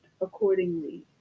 accordingly